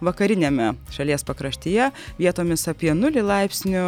vakariniame šalies pakraštyje vietomis apie nulį laipsnių